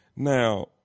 Now